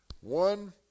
One